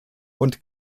und